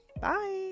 Bye